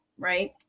right